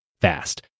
fast